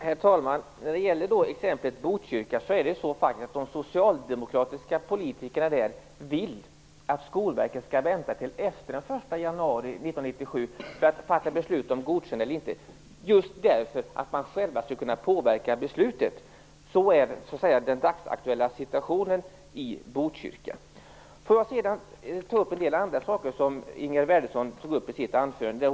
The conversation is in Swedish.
Herr talman! I Botkyrka är det faktiskt så att de socialdemokratiska politikerna vill att Skolverket skall vänta med att fatta beslut om godkännande till efter den 1 januari 1997 - just för att de själva skall kunna påverka beslutet. Så är den dagsaktuella situationen i Botkyrka. Får jag sedan säga något om en del andra saker som Ingegerd Wärnersson tog upp i sitt anförande.